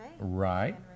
Right